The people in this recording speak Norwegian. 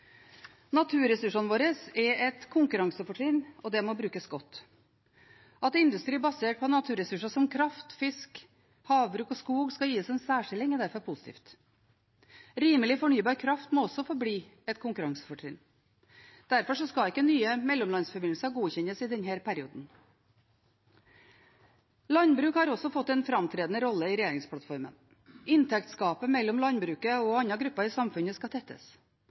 Naturressursene våre er et konkurransefortrinn, og det må brukes godt. At industri basert på naturresurser som kraft, fisk, havbruk og skog skal gis en særstilling, er derfor positivt. Rimelig fornybar kraft må også forbli et konkurransefortrinn. Derfor skal ikke nye mellomlandsforbindelser godkjennes i denne perioden. Landbruk har også fått en framtredende rolle i regjeringsplattformen. Inntektsgapet mellom landbruket og andre grupper i samfunnet skal tettes,